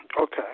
Okay